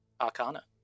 Arcana